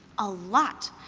a lot.